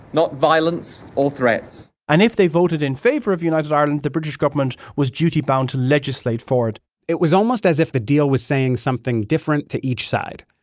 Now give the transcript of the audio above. not violence or threats and if they voted in favor of united ireland, the british government was duty-bound to legislate for it it was almost as if the deal was saying something different to each side.